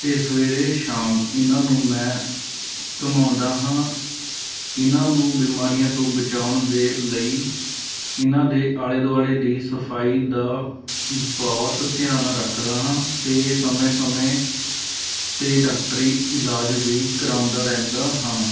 ਅਤੇ ਸਵੇਰੇ ਸ਼ਾਮ ਇਹਨਾਂ ਨੂੰ ਮੈਂ ਘੁਮਾਉਂਦਾ ਹਾਂ ਇਹਨਾਂ ਨੂੰ ਬਿਮਾਰੀਆਂ ਤੋਂ ਬਚਾਉਣ ਦੇ ਲਈ ਇਹਨਾਂ ਦੇ ਆਲ਼ੇ ਦੁਆਲ਼ੇ ਦੀ ਸਫਾਈ ਦਾ ਬਹੁਤ ਧਿਆਨ ਰੱਖਦਾ ਹਾਂ ਅਤੇ ਸਮੇਂ ਸਮੇਂ 'ਤੇ ਡਾਕਟਰੀ ਇਲਾਜ ਵੀ ਕਰਵਾਉਂਦਾ ਰਹਿੰਦਾ ਹਾਂ